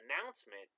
announcement